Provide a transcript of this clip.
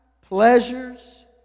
pleasures